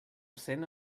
cent